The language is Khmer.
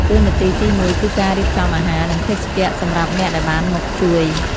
តួនាទីទីមួយគឺការរៀបចំអាហារ និងភេសជ្ជៈសម្រាប់អ្នកដែលបានមកជួយ។